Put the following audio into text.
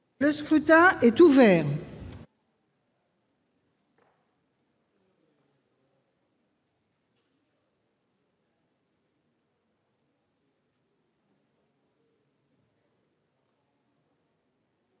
Le scrutin est ouvert.